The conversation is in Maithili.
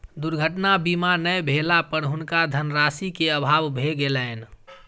दुर्घटना बीमा नै भेला पर हुनका धनराशि के अभाव भ गेलैन